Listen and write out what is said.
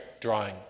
drawing